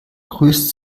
grüßt